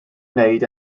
wneud